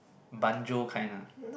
banjo kind ah